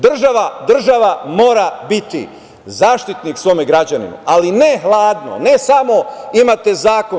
Država mora biti zaštitnik svome građaninu, ali ne hladno, ne samo imate zakon.